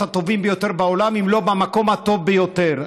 הטובים ביותר בעולם אם לא במקום הטוב ביותר.